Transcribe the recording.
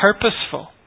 purposeful